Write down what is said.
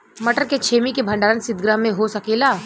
मटर के छेमी के भंडारन सितगृह में हो सकेला?